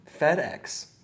FedEx